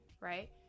right